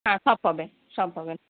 হ্যাঁ সব পাবে সব পাবেন